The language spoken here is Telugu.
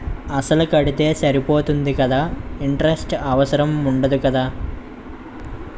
అసలు కడితే సరిపోతుంది కదా ఇంటరెస్ట్ అవసరం ఉండదు కదా?